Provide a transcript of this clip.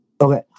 Okay